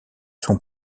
son